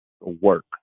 Work